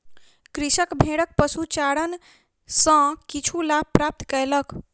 कृषक भेड़क पशुचारण सॅ किछु लाभ प्राप्त कयलक